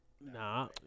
Nah